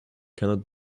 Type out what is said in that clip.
cannot